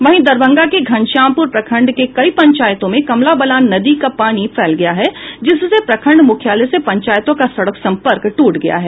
वहीं दरभंगा के घनश्यामपुर प्रखंड के कई पंचायतों में कमलाबलान नदी का पानी फैल गया है जिससे प्रखंड मुख्यालय से पंचायतों का सड़क संपर्क टूट गया है